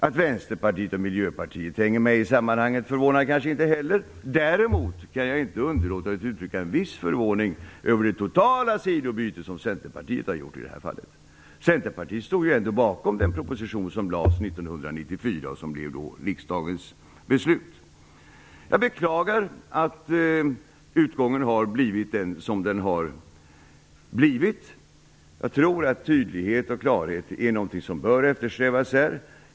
Att Vänsterpartiet och Miljöpartiet hänger med i sammanhanget förvånar kanske inte heller. Däremot kan jag inte underlåta att uttrycka en viss förvåning över det totala sidbyte som Centerpartiet har gjort i det här fallet. Centerpartiet stod ju ändå bakom den proposition som lades fram Jag beklagar att utgången har blivit som den har blivit. Jag tror att tydlighet och klarhet är någonting som bör eftersträvas.